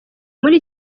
muri